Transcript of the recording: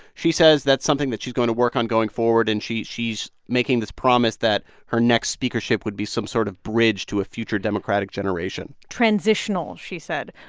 she says that's something that she's going to work on going forward, and she's making this promise that her next speakership would be some sort of bridge to a future democratic generation transitional, she said.